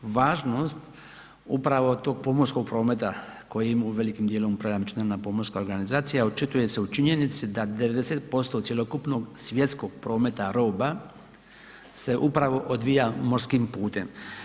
Važnost upravo tog pomorskog prometa koji u velikom dijelom upravlja Međunarodna pomorska organizacija očituje se u činjenici da 90% cjelokupnog svjetskog prometa roba se upravo odvija morskim putem.